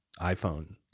iPhone